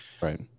Right